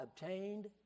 obtained